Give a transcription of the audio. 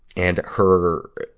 and her,